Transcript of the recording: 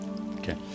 Okay